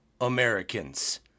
Americans